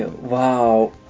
wow